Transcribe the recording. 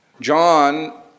John